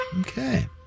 Okay